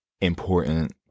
important